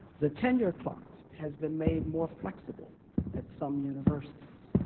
the tenure clock has been made more flexible at some universities.